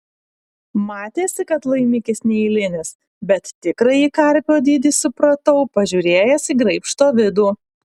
matėsi kad laimikis neeilinis bet tikrąjį karpio dydį supratau pažiūrėjęs į graibšto vidų